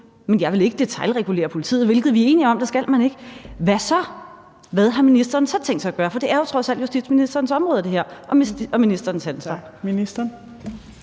han ikke vil detailregulere politiet, hvilket vi er enige om man ikke skal, hvad så – hvad har ministeren så tænkt sig at gøre? For det her er jo trods alt justitsministerens område og ministerens ansvar.